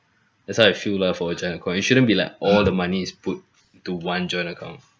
that's what I feel lah for joint account you shouldn't be like all the money is put to one joint account